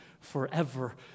forever